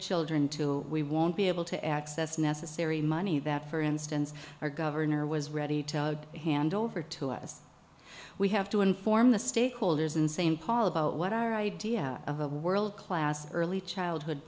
children to we won't be able to access necessary money that for instance our gov was ready to hand over to us we have to inform the stakeholders and same paul about what our idea of a world class early childhood